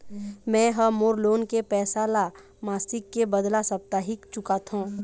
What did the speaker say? में ह मोर लोन के पैसा ला मासिक के बदला साप्ताहिक चुकाथों